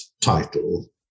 title